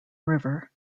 river